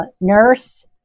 nurse